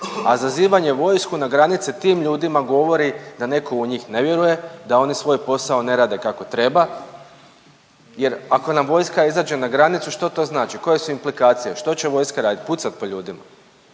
a zazivanje vojsku na granice tim ljudima govori da neko u njih ne vjeruje, da oni svoj posao ne rade kako treba jer ako nam vojska izađe na granicu što to znači, koje su implikacije, što će vojska radit, pucat po ljudima?